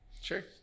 Sure